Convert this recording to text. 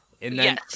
Yes